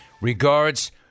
Regards